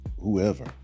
whoever